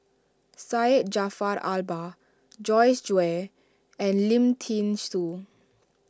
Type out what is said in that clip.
Syed Jaafar Albar Joyce Jue and Lim thean Soo